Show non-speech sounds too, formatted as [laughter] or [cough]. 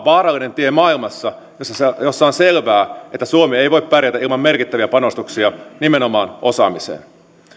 [unintelligible] vaarallinen tie maailmassa jossa jossa on selvää että suomi ei voi pärjätä ilman merkittäviä panostuksia nimenomaan osaamiseen